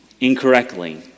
incorrectly